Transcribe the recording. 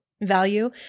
value